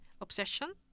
obsession